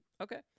Okay